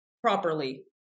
properly